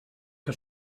que